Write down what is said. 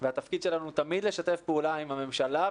והתפקיד שלנו תמיד לשתף פעולה עם הממשלה,